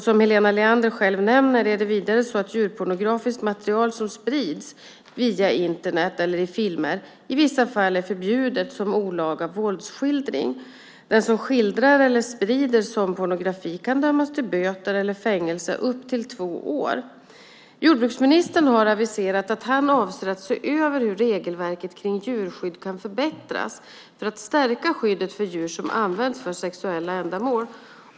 Som Helena Leander själv nämner är det vidare så att djurpornografiskt material som sprids via Internet eller i filmer i vissa fall är förbjudet som olaga våldsskildring. Den som skildrar eller sprider sådan pornografi kan dömas till böter eller fängelse i upp till två år. Jordbruksministern har aviserat att han avser att se över hur regelverket kring djurskydd kan förbättras för att stärka skyddet för djur som används för sexuella ändamål.